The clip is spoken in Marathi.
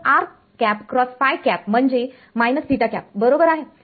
तर म्हणजे − बरोबर आहे